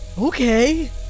Okay